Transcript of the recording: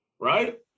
Right